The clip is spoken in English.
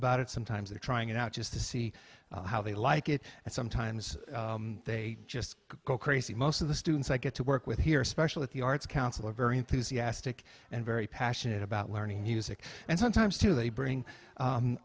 about it sometimes they're trying it out just to see how they like it and sometimes they just go crazy most of the students i get to work with here especially at the arts council are very enthusiastic and very passionate about learning music and sometimes too they bring